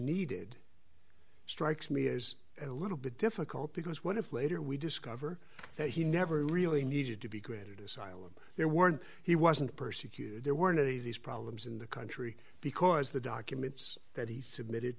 needed it strikes me as a little bit difficult because what if later we discover that he never really needed to be granted asylum there weren't he wasn't persecuted there weren't of these problems in the country because the documents that he